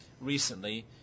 recently